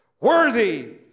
Worthy